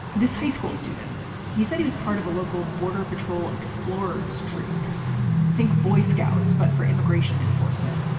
this high school student he said he was part of a local border patrol explorer's troop think boy scouts, but for immigration enforcement.